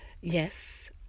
Yes